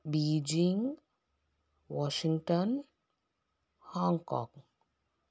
Beijing Washington Hong Kong